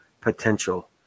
potential